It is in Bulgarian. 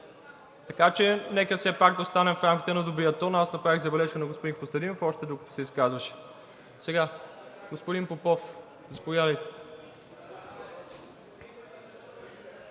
така че нека все пак да останем в рамките на добрия тон. Аз направих забележка на господин Костадинов още докато се изказваше. Господин Попов, заповядайте.